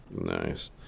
Nice